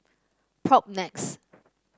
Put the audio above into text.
Propnex